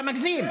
אתה מגזים.